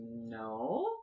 no